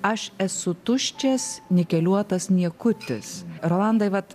aš esu tuščias nikeliuotas niekutis rolandai vat